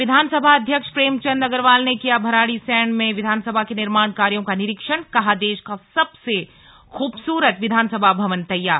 और विधानसभा अध्यक्ष प्रेमचंद अग्रवाल ने किया भराड़ीसैंण में विधानसभा के निर्माण कार्यो का निरीक्षणकहा देश का सबसे खूबसूरत विधानसभा भवन तैयार